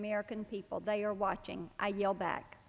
american people they are watching i yell back